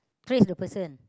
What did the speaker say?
trace the person